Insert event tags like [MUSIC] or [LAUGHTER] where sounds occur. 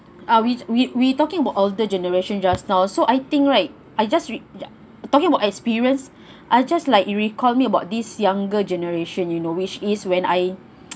ah we we we talking about older generation just now so I think right I just re~ talking about experience I just like recall me about this younger generation you know which is when I [NOISE]